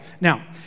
Now